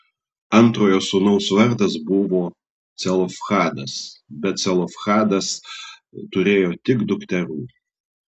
antrojo sūnaus vardas buvo celofhadas bet celofhadas turėjo tik dukterų